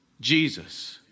Jesus